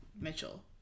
Mitchell